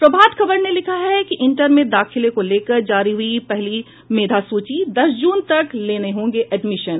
प्रभात खबर ने लिखा है इंटर में दाखिले को लेकर जारी हुई पहले मेधा सूची दस जून तक लेने होंगे एडमिशन